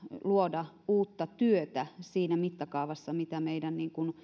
luoda uutta työtä siinä mittakaavassa mitä meidän